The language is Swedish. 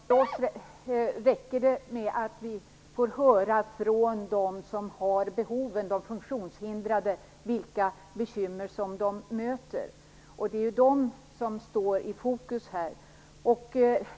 Fru talman! För oss räcker det med att vi får höra från dem som har behoven, de funktionshindrade, vilka bekymmer de möter. Det är ju de som står i fokus här.